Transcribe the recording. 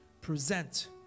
present